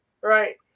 Right